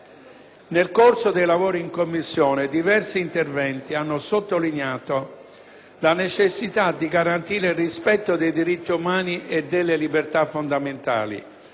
Nel corso dei lavori in Commissione diversi interventi hanno sottolineato la necessità di garantire il rispetto dei diritti umani e delle libertà fondamentali.